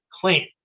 claim